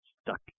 stuck